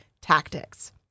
tactics